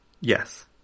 Yes